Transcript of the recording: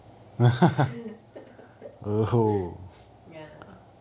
ya